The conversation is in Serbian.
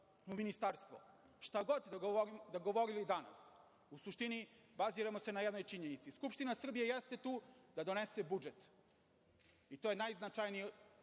u ministarstvo. Šta god govorili danas, u suštini baziramo se na jednoj činjenici. Skupština Srbije jeste tu da donese budžet i to je najznačajniji